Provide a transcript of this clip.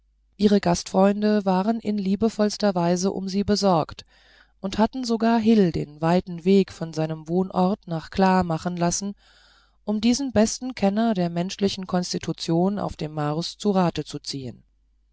ihre gastfreunde waren in liebevollster weise um sie besorgt und hatten sogar hil den weiten weg von seinem wohnort nach kla machen lassen um diesen besten kenner der menschlichen konstitution auf dem mars zu rate zu ziehen